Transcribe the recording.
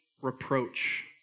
reproach